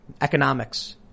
economics